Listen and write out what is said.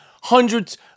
hundreds